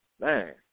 Man